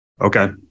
Okay